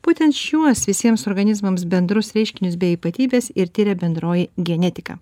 būtent šiuos visiems organizmams bendrus reiškinius bei ypatybes ir tiria bendroji genetika